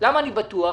למה אני בטוח?